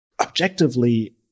objectively